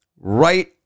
right